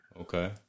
Okay